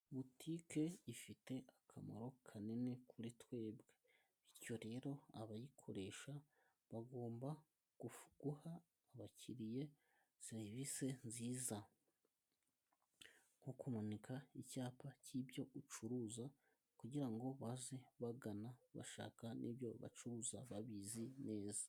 Butike ifite akamaro kanini kuri twebwe, bityo rero abayikoresha bagomba gufu guha abakiriye serivisi nziza nko kumanika icyapa cy'ibyo ucuruza ,kugira ngo baze bagana bashaka n'ibyo bacuruza babizi neza.